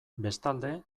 bestalde